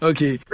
Okay